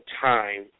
time